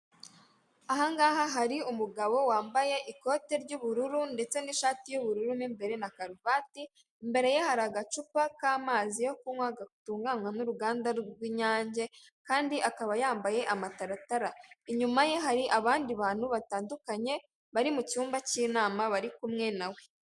Aha ngaha hari umugabo wambaye ikote ry'ubururu ndetse n'ishati y'ubururu mo imbere na karuvati, imbere ye hari agacupa k'amazi yo kunywa gatunganywa n'uruganda rw'Inyange kandi akaba yambaye amataratara, inyuma ye hari abandi bantu batandukanye bari mu cyumba cy'inama bari kumwe na we.